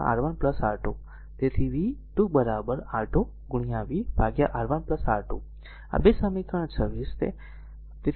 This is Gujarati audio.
તેથી v 2 R2 v R1 R2 આ 2 સમીકરણ 26 છે